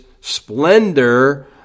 splendor